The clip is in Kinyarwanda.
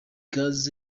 gaz